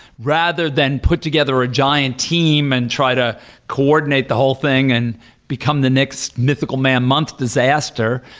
rather than put together a giant team and try to coordinate the whole thing and become the next mythical man-month disaster,